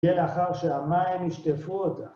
יהיה לאחר שהמים ישטפו אותך.